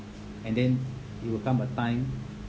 and then it will come a time